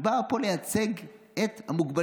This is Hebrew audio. היא באה לייצג פה את המוגבלים.